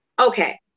okay